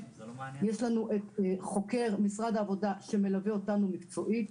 יש לנו חוקר ממשרד העבודה שמלווה אותנו מקצועית.